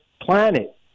planet